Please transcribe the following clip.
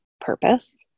purpose